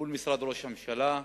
מול משרד ראש הממשלה,